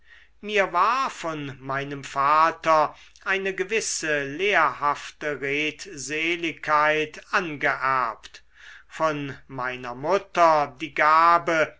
mir war von meinem vater eine gewisse lehrhafte redseligkeit angeerbt von meiner mutter die gabe